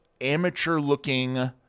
amateur-looking